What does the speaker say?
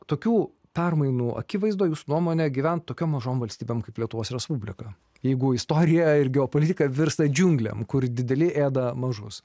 tokių permainų akivaizdoj jūsų nuomone gyvent tokiom mažom valstybėm kaip lietuvos respublika jeigu istorija ir geopolitika virsta džiunglėm kur dideli ėda mažus